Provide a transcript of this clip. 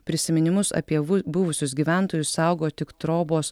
prisiminimus apie vu buvusius gyventojus saugo tik trobos